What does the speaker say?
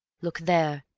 look there.